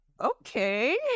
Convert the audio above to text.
okay